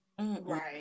right